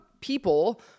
people